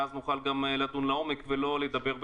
ואז גם נוכל לדון לעומק ולא בסיסמאות.